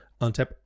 untap